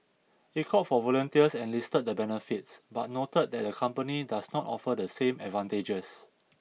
it called for volunteers and listed the benefits but noted that the company does not offer the same advantages